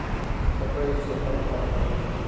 कृपया इस चेक का भुगतान कर दीजिए